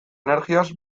energiaz